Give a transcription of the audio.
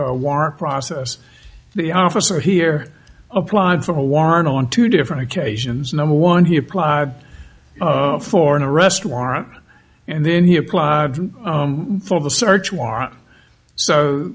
a war process the officer here applied for a warrant on two different occasions number one he applied for an arrest warrant and then he applied for the search warrant so